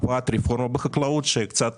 הקפאת רפורמה בחקלאות, שקצת